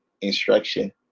instruction